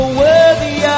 worthy